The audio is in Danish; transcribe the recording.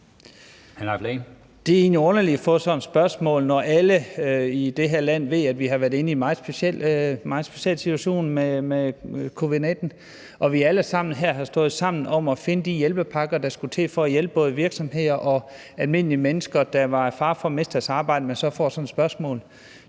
Det er egentlig underligt at få sådan et spørgsmål, når alle i det her land ved, at vi har været i en meget speciel situation med covid-19, og når vi alle sammen har stået sammen om at finde de hjælpepakker, der skulle til, for at hjælpe både virksomheder og almindelige mennesker, der var i fare for at miste deres arbejde. Det er midlertidigt,